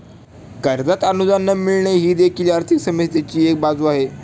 कर्जात अनुदान न मिळणे ही देखील आर्थिक समस्येची एक बाजू आहे